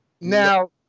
Now